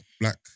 black